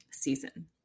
Season